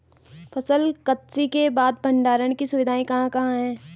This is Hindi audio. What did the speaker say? फसल कत्सी के बाद भंडारण की सुविधाएं कहाँ कहाँ हैं?